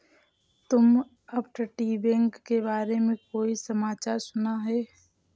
तुमने अपतटीय बैंक के बारे में कोई समाचार सुना है?